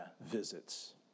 visits